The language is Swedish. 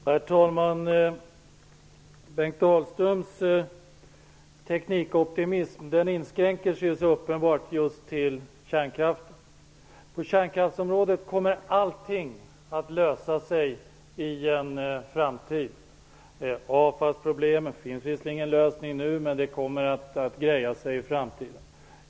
Herr talman! Bengt Dalströms teknikoptimism inskränker sig uppenbart till att gälla just kärnkraften. På kärnkraftsområdet kommer allting att lösa sig i en framtid. Nu finns det visserligen ingen lösning på avfallsproblemet, men det kommer att ordna sig i framtiden.